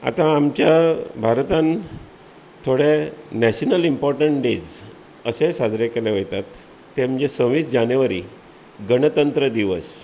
आता आमच्या भारतांत थोडें नेशनल इंपोरटंट डेज्स अशेंय साजरे केले वयतात ते म्हणजे सव्वीस जानेवारी गणतंत्र दिवस